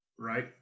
Right